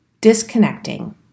Disconnecting